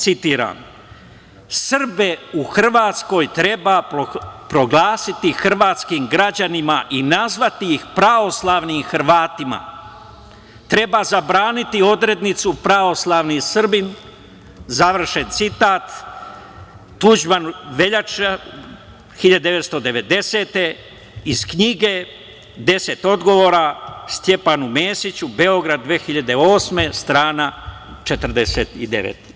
Citiram – Srbe u Hrvatskoj treba proglasiti hrvatskim građanima i nazvati ih pravoslavnim Hrvatima, treba zabraniti odrednicu pravoslavni Srbi, završen citat, Tuđman, veljača 1990. godine iz knjige „Deset odgovora Stjepanu Mesiću“, Beograd 2008. godina, strana 49.